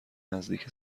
نزدیک